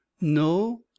no